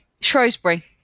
Shrewsbury